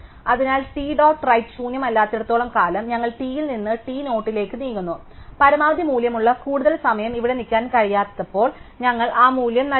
അതിനാൽ T dot right ശൂന്യമല്ലാത്തിടത്തോളം കാലം ഞങ്ങൾ ടിയിൽ നിന്ന് ടി ഡോട്ടിലേക്ക് നീങ്ങുന്നു പരമാവധി മൂല്യമുള്ള കൂടുതൽ സമയം ഇവിടെ നീക്കാൻ കഴിയാത്തപ്പോൾ ഞങ്ങൾ ആ മൂല്യം നൽകുന്നു